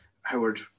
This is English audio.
Howard